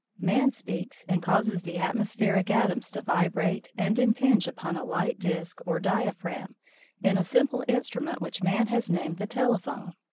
man speaks and causes the atmospheric atoms to vibrate and impinge upon a light disc or diaphragm in a simple instrument which man has named the telephone.